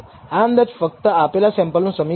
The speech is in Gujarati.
આ અંદાજ ફક્ત આપેલા સેમ્પલ નું સમીકરણ છે